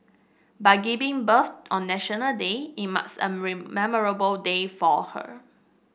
by giving birth on National Day it marks a memorable day for her